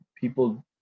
people